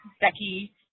Becky